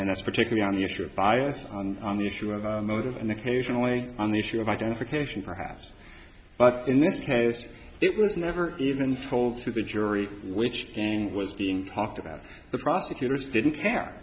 and that's particularly on the issue of bias on the issue of motive and occasionally on the issue of identification perhaps but in this case it was never even told to the jury which again was being talked about the prosecutors didn't care